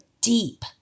deep